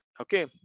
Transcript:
okay